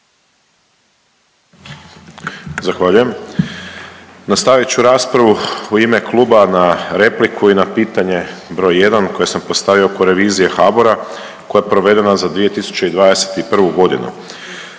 Zahvaljujem. Nastavit ću raspravu u ime kluba na repliku i na pitanje broj jedan koji sam postavio oko revizije HBOR-a koja je provedena za 2021.g..